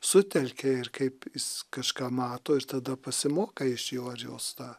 sutelkia ir kaip jis kažką mato ir tada pasimokai iš jo ar jos tą